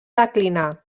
declinar